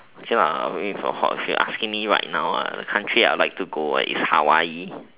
okay lah I really forgot if you're asking me right now the country I like to go is Hawaii